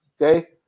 okay